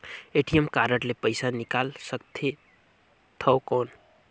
ATM card ले पइसा निकाल सकथे थव कौन?